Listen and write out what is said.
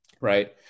right